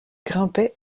grimpait